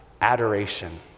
Adoration